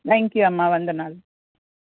thank you అమ్మ వందనాలు